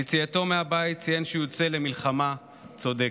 ביציאתו מהבית ציין שהוא יוצא למלחמה צודקת.